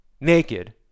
naked